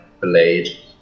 blade